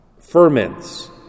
ferments